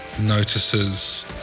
notices